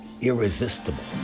irresistible